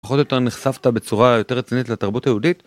פחות או יותר נחשפת בצורה יותר רצינית לתרבות היהודית.